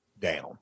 Down